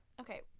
okay